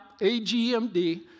AGMD